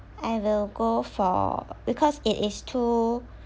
I will go for because it is too